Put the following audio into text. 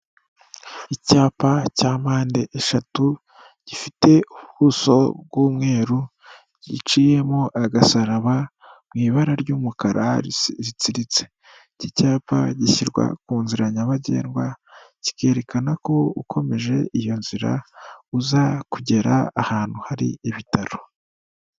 Icyapa cya mpande eshatu, gifite ubuso bw'umweru, giciyemo agasaraba mu ibara ry'umukara ritsiritse. Iki cyapa gishyirwa ku nzira nyabagendwa, kikerekana ko ukomeje iyo nzira, uza kugera ahantu hari ibitaro.